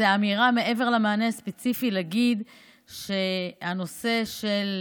מעבר למענה ספציפי זאת אמירה שהנושא של